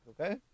okay